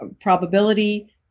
probability